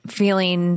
feeling